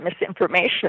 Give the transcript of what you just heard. misinformation